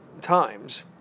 times